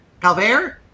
Calvert